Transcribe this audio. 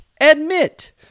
admit